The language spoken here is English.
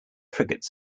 frigates